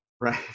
right